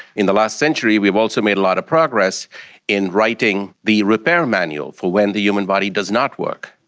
in the last century we have also made a lot of progress in writing the repair manual for when the human body does not work.